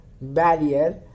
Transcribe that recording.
barrier